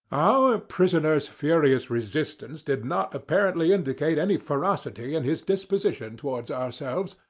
our prisoner's furious resistance did not apparently indicate any ferocity in his disposition towards ourselves,